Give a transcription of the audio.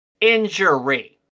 injury